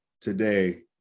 today